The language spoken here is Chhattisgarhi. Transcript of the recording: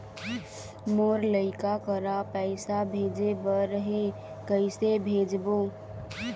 मोर लइका करा पैसा भेजें बर हे, कइसे भेजबो?